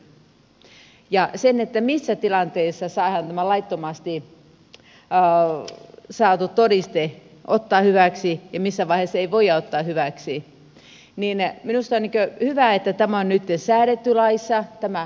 minusta on hyvä että tämä asia on nyt säädetty laissa että missä tilanteessa saadaan tätä laittomasti saatua todistetta käyttää hyväksi ja missä vaiheessa sitä ei voida käyttää hyväksi